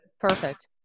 Perfect